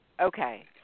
Okay